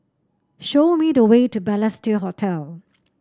show me the way to Balestier Hotel